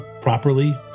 properly